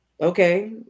Okay